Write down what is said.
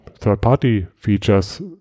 Third-Party-Features